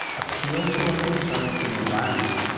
appeal to our concern for the environment,